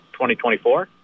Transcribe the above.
2024